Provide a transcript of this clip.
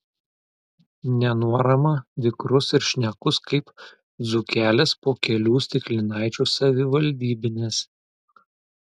nenuorama vikrus ir šnekus kaip dzūkelis po kelių stiklinaičių savivaldybinės